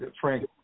Frank